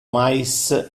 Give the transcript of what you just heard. mais